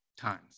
times